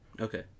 Okay